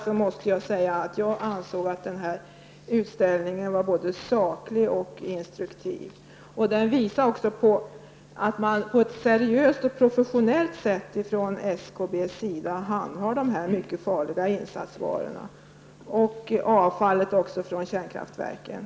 Utställningen i fråga var enligt min mening både saklig och instruktiv. Den visade också att SKB på ett seriöst och professionellt sätt handhade dessa farliga insatsvaror liksom avfallet från kärnkraftsverken.